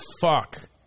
fuck